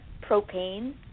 propane